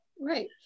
Right